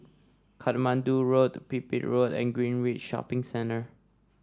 Katmandu Road Pipit Road and Greenridge Shopping Centre